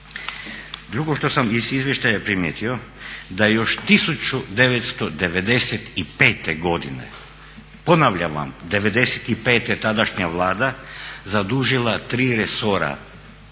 Drugo što sam iz izvještaja primijetio da još 1995. godine, ponavljam vam '95., tadašnja Vlada zadužila tri resora